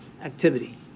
activity